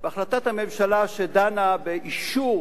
והחלטת הממשלה שדנה באישור